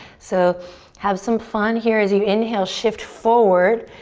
so have some fun here. as you inhale, shift forward,